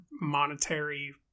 monetary